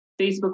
Facebook